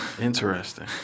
Interesting